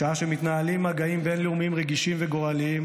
בשעה שמתנהלים מגעים בין-לאומיים רגישים וגורליים